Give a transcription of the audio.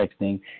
texting